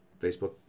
Facebook